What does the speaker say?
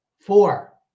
Four